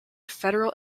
federal